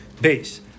Base